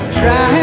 try